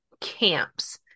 camps